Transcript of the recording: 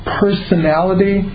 personality